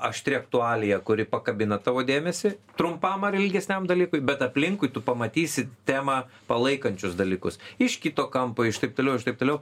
aštri aktualija kuri pakabina tavo dėmesį trumpam ar ilgesniam dalykui bet aplinkui tu pamatysi temą palaikančius dalykus iš kito kampo iš taip toliau iš taip toliau